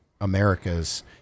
America's